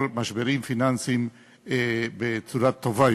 משברים פיננסיים בצורה טובה יותר.